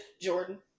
Jordan